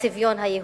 הצביון היהודי,